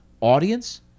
audience